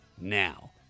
Now